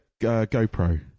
GoPro